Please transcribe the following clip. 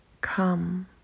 come